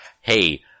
hey